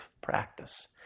practice